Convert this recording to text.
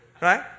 Right